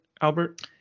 Albert